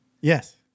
Yes